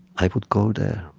i would go there